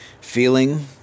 Feeling